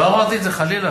לא אמרתי את זה, חלילה.